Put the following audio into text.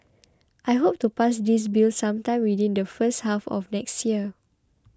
I hope to pass this bill sometime within the first half of next year